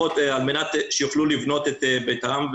מנת שיוכלו לבנות את ביתם.